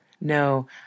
No